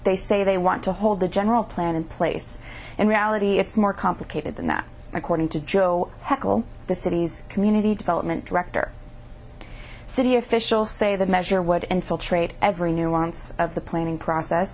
they say they want to hold the general plan in place in reality it's more complicated than that according to joe heckle the city's community development director city officials say the measure would infiltrate every nuance of the planning process